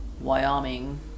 Wyoming